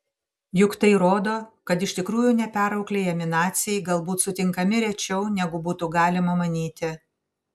juk tai rodo kad iš tikrųjų neperauklėjami naciai galbūt sutinkami rečiau negu būtų galima manyti